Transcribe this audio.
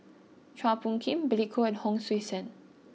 Chua Phung Kim Billy Koh and Hon Sui Sen